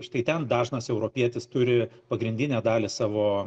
štai ten dažnas europietis turi pagrindinę dalį savo